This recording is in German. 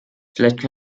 vielleicht